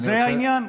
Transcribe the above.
זה העניין?